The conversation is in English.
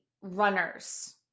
runners